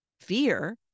fear